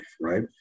right